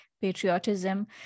patriotism